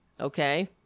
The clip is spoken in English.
Okay